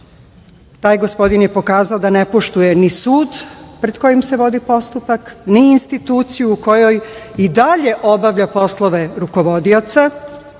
taj gospodin je pokazao da ne poštuje ni sud pred kojim se vodi postupak, ni instituciju u kojoj i dalje obavlja poslove rukovodioca